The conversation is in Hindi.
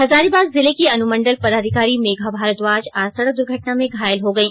हजारीबाग जिले की अनुमंडल पदाधिकारी मेघा भारद्वाज आज सड़क द्वर्घटना में घायल हो गई